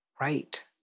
right